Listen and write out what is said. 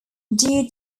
due